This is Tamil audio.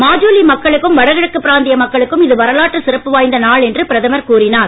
மாஜுலி மக்களுக்கும் வடகிழக்கு பிராந்திய மக்களுக்கும் இது வரலாற்று சிறப்பு வாய்ந்த நாள் என்று பிரதமர் கூறினார்